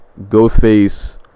Ghostface